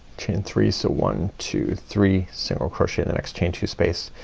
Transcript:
chain three, so one, two, three, single crochet in the next chain two space.